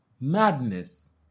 madness